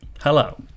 Hello